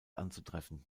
anzutreffen